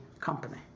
company